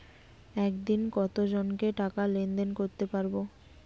একদিন কত জনকে টাকা লেনদেন করতে পারবো?